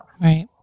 Right